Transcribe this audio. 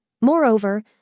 Moreover